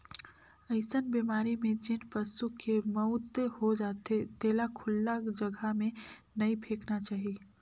अइसन बेमारी में जेन पसू के मउत हो जाथे तेला खुल्ला जघा में नइ फेकना चाही